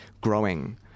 growing